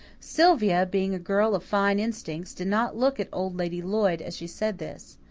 sylvia, being a girl of fine instincts, did not look at old lady lloyd as she said this.